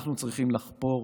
אנחנו צריכים לחפור